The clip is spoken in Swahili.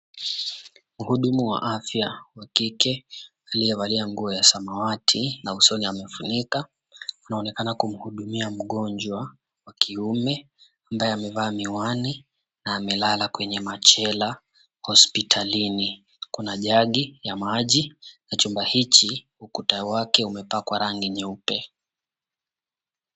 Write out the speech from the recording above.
Mhudumu wa afya wa kike aliyevalia nguo ya samawati na usoni amefunika anaonekana kumhudumia mgonjwa wa kiume ambaye amevaa miwani na amelala kwenye machela hospitalini. Kuna jagi ya maji na chumba hichi ukuta wake umepakwa rangi nyeupe.